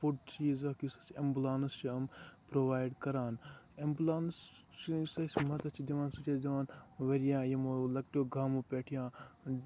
بوٚڈ چیٖز اکھ یُس ایٚمبُلنس چھِ أمۍ پرٛوایِڈ کران ایٚمبُلنس چھُ یُس اَسہِ مدتھ چھُ دِوان سُہ چھُ اَسہِ دِوان واریاہ یِمو لۄکٹیو گامو پیٚٹھ یا